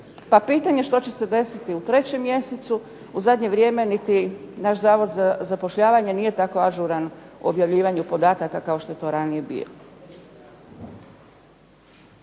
pa pitanje što će se desiti u 3. mjesecu, u zadnje vrijeme niti naš Zavod za zapošljavanje nije tako ažuran u objavljivanju podataka kao što je to ranije bio.